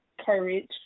courage